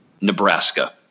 Nebraska